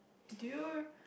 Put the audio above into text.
do you